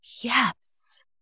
yes